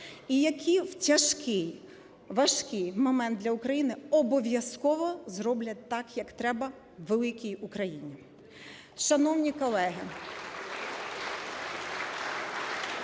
і які в тяжкий, важкий момент для України обов'язково зроблять так, як треба великій Україні. (Оплески) Шановні колеги,